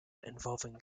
involving